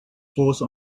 force